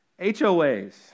HOAs